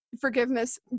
Forgiveness